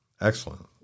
Excellent